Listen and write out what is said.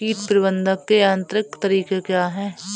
कीट प्रबंधक के यांत्रिक तरीके क्या हैं?